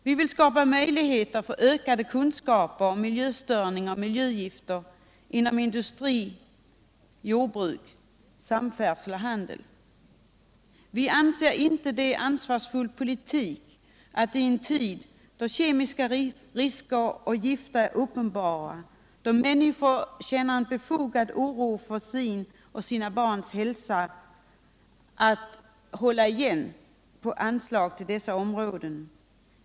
Vi vill skapa möjligheter till ökade kunskaper om miljöstörningar och miljögifter inom industri, jordbruk, samfärdsel och handel. Vi anser det inte vara ansvarsfull politik att hålla igen på anslagen till dessa områden. I en tid då riskerna med kemiska medel och gifter är uppenbara och då människor känner en befogad oro för sin och sina barns hälsa måste vi satsa ordentligt.